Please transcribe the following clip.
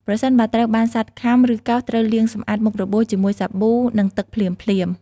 ប្រសិនបើត្រូវបានសត្វខាំ ឬកោស ត្រូវលាងសម្អាតមុខរបួសជាមួយសាប៊ូ និងទឹកភ្លាមៗ។